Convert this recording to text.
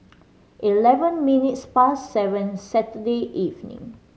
eleven minutes past seven Saturday evening